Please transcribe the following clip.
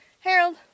Harold